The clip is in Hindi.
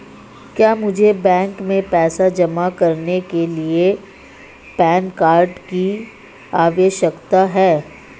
क्या मुझे बैंक में पैसा जमा करने के लिए पैन कार्ड की आवश्यकता है?